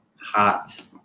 hot